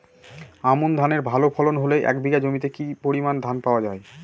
আমন ধানের ভালো ফলন হলে এক বিঘা জমিতে কি পরিমান ধান পাওয়া যায়?